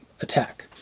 attack